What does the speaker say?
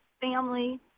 family